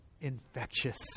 infectious